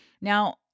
Now